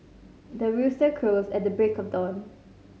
the rooster crows at the break of dawn